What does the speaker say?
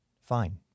fine